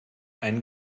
ein